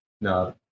No